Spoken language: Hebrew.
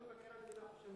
למה מבקר המדינה חושב אחרת?